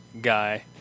guy